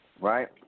Right